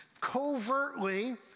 covertly